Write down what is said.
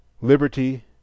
liberty